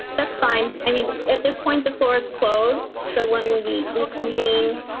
that's fine. i mean, at this point, the floor is closed. so when we we convene,